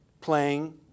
playing